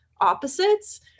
Opposites